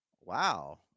Wow